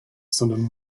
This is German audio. sondern